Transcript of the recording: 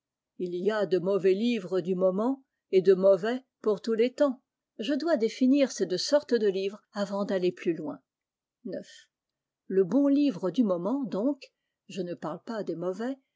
il y a de mauvais livres du moment et de mauvais pour tous les temps je dois définir ces deux sortes de livres avant d'aller plus loin ix le bon livre du moment donc je ne parle pas des mauvais